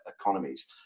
economies